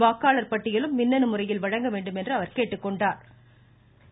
வாக்காளர் பட்டியலும் மின்னணு முறையில் வழங்க வேண்டும் என்று கேட்டுக்கொண்டாா்